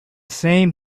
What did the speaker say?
same